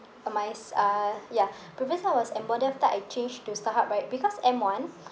a my s~ uh ya previous one was M one then after that I change to Starhub right because M one